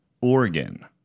Oregon